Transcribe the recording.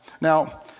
Now